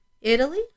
Italy